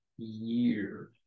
year